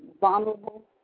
vulnerable